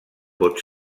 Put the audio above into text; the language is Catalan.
pot